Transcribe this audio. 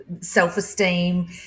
self-esteem